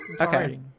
Okay